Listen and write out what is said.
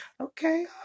Okay